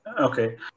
Okay